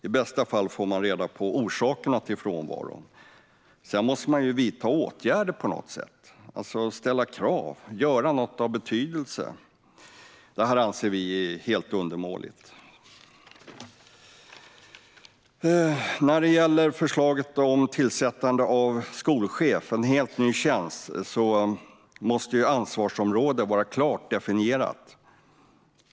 I bästa fall får man reda på orsakerna till frånvaron, men sedan måste man vidta åtgärder på något sätt, ställa krav och göra något av betydelse. Vi anser att det annars är undermåligt. När det gäller förslaget om tillsättande av skolchef - en helt ny tjänst - måste ansvarsområdet vara klart definierat.